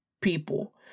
people